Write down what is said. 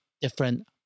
different